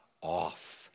off